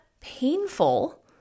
painful